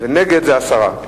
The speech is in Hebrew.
ונגד זה הסרה.